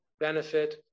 Benefit